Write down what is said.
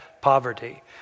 poverty